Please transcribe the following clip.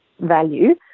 value